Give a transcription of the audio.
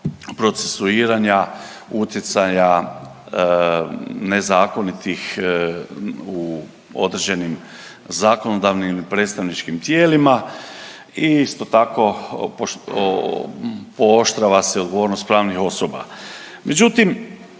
procesuiranja utjecaja nezakonitih u određenim zakonodavnim i predstavničkim tijelima i isto tako pooštrava se odgovornost pravnih osoba. Međutim,